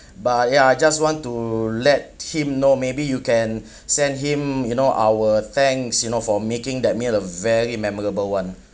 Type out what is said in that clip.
but ya I just want to let him know maybe you can send him you know our thanks you know for making that meal a very memorable one